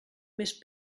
més